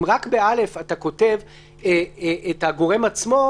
אם רק ב-(א) אתה כותב את הגורם עצמו,